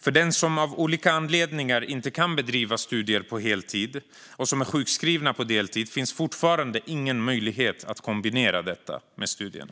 För den som av olika anledningar inte kan bedriva studier på heltid och som är sjukskriven på deltid finns fortfarande ingen möjlighet att kombinera sjukskrivningen med studier.